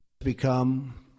become